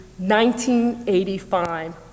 1985